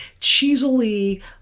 cheesily